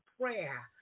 prayer